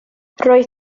roedd